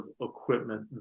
equipment